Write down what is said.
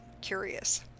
curious